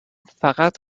فقط